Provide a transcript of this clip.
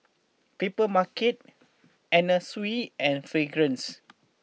Papermarket Anna Sui and Fragrance